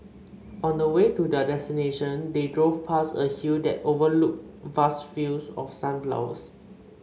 on the way to their destination they drove past a hill that overlooked vast fields of sunflowers